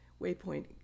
Waypoint